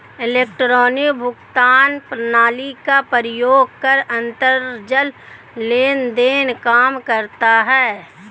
electronic भुगतान प्रणाली का प्रयोग कर अंतरजाल लेन देन काम करता है